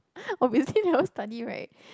obviously never study right